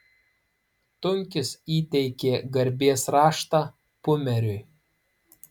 tunkis įteikė garbės raštą pumeriui